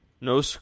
no